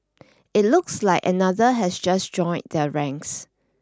it looks like another has just joined their ranks